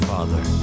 Father